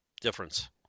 difference